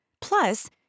Plus